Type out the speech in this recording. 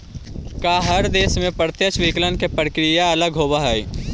का हर देश में प्रत्यक्ष विकलन के प्रक्रिया अलग होवऽ हइ?